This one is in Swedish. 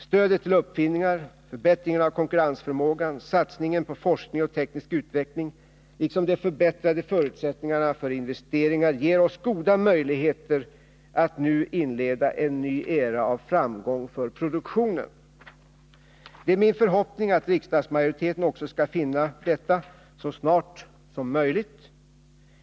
Stödet till uppfinningar, förbättringen av konkurre utveckling, liksom de förbättrade förutsättningarna för investeringar ger oss goda möjligheter att nu inleda en ny era av framgång för produktionen. Det örmågan, satsningen på forskning och teknisk är min förhoppning att också riksdagsmajoriteten skall finna detta så snart som möjligt.